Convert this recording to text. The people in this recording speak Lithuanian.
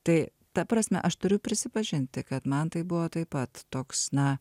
tai ta prasme aš turiu prisipažinti kad man tai buvo taip pat toks na